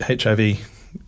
HIV